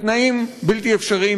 בתנאים בלתי אפשריים,